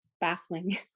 baffling